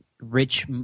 rich